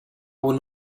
will